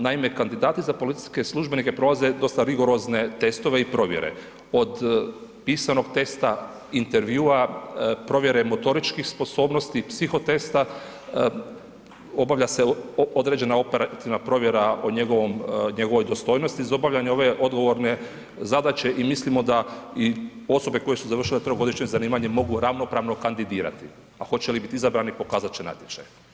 Naime, kandidati za policijske službenike, prolaze dosta rigorozne testove i provjere, od pisanog testa, intervjua, provjere motoričkih sposobnosti, psiho testa, obavlja se određena operativna provjera o njegovoj dostojnosti iz obavljanje ove odgovorne zadaće i mislimo da i osobe koje su završile trogodišnje zanimanje, mogu ravnopravno kandidirati, a hoće li biti izabrani, pokazati će natječaji.